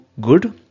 good